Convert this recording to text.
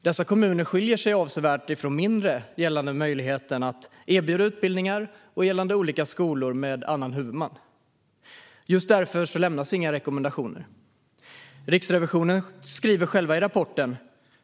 Dessa kommuner skiljer sig avsevärt från mindre kommuner gällande möjligheter att erbjuda utbildningar och gällande olika skolor med annan huvudman. Just därför lämnas inga rekommendationer.